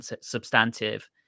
substantive